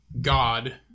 God